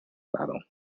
bottle